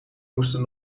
moesten